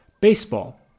baseball